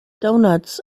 doughnuts